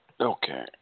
Okay